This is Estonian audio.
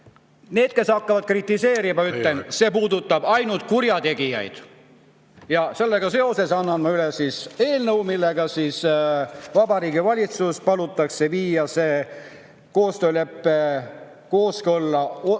kes hakkavad kritiseerima, ütlen, et see puudutab ainult kurjategijaid. Ja sellega seoses annan ma üle eelnõu, mille kohaselt Vabariigi Valitsust palutakse viia see koostöölepe kooskõlla